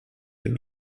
deux